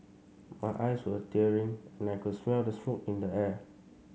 my eyes were tearing and I could smell the smoke in the air